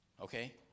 okay